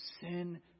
sin